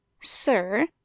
sir